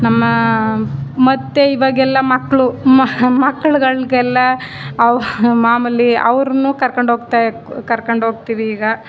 ನಮ್ಮ ಮತ್ತು ಇವಾಗೆಲ್ಲ ಮಕ್ಕಳು ಮಕ್ಕಳುಗಳ್ಗೆಲ್ಲ ಅವು ಮಾಮೂಲಿ ಅವ್ರನ್ನು ಕರ್ಕೊಂಡು ಹೋಗ್ತಾ ಕರ್ಕೊಂಡು ಹೋಗ್ತೀವಿ ಈಗ